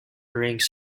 rings